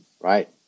Right